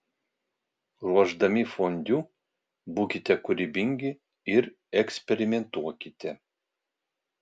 ruošdami fondiu būkite kūrybingi ir eksperimentuokite